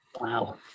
Wow